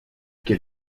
quel